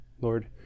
Lord